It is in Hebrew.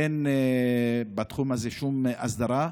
אין בתחום הזה שום הסדרה.